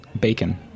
bacon